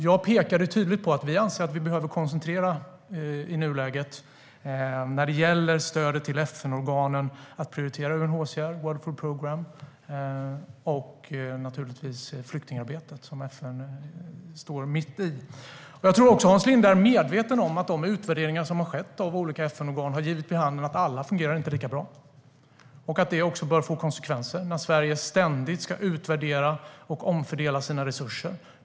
Jag pekade tydligt på att vi anser att vi när det gäller stödet till FN-organen i nuläget behöver prioritera UNHCR, World Food Programme och naturligtvis flyktingarbetet, som FN står mitt i. Jag tror också att Hans Linde är medveten om att de utvärderingar som har gjorts av olika FN-organ har gett vid handen att alla inte fungerar lika bra. Det bör få konsekvenser när Sverige ständigt ska utvärdera och omfördela sina resurser.